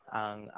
ang